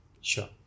Sure